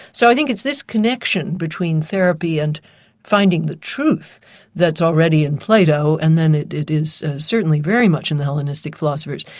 so i think it's this connection between therapy and finding the truth that's already in plato and then it it is certainly very much in the hellenistic philosophers.